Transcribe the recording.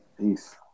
Peace